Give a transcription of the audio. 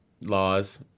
laws